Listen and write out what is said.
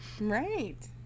Right